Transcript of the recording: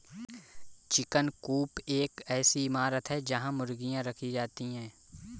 chicken coop एक ऐसी इमारत है जहां मुर्गियां रखी जाती हैं